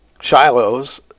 Shiloh's